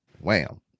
Wham